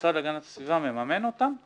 משרד להגנת הסביבה מממן אותם,